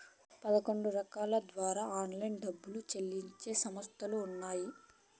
పదకొండు రకాల ద్వారా ఆన్లైన్లో డబ్బులు చెల్లించే సంస్థలు ఉన్నాయి